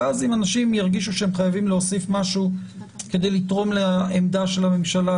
ואז אם אנשים ירגישו שהם חייבים להוסיף משהו כדי לתרום לעמדה של הממשלה,